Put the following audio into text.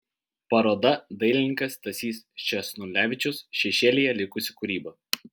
paroda dailininkas stasys sčesnulevičius šešėlyje likusi kūryba